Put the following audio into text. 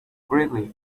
gridley